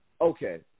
Okay